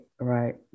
right